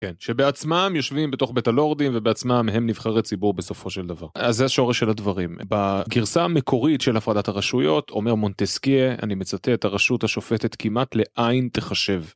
כן, שבעצמם יושבים בתוך בית הלורדים ובעצמם הם נבחרי ציבור בסופו של דבר. אז זה השורש של הדברים. בגרסה המקורית של הפרדת הרשויות אומר מונטסקיה, אני מצטט, ״הרשות השופטת כמעט לאין תחשב״.